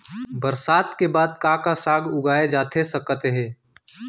बरसात के बाद का का साग उगाए जाथे सकत हे?